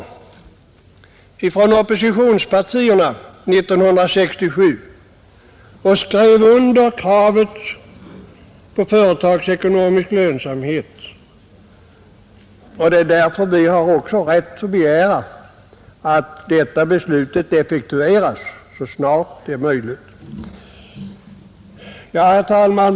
Vi från oppositionen var med och skrev under kravet om företagsekonomisk lönsamhet 1967, och därför har vi också rätt att begära att beslutet effektueras så snart detta är möjligt. Herr talman!